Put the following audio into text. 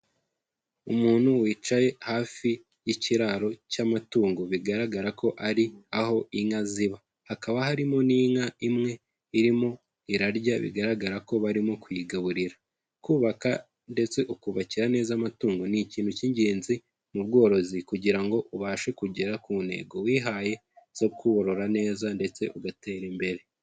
Umuntu wicaye hafi y'ikiraro cy'amatungo bigaragara ko ari aho inka ziba, hakaba harimo n'inka imwe irimo irarya bigaragara ko barimo kuyigaburira, kubaka ndetse ukubakira neza amatungo ni ikintu cy'ingenzi mu bworozi kugira ngo ubashe kugera ku ntego wihaye zo kurora neza ndetse ugatera imbere.